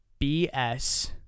BS